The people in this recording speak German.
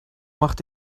macht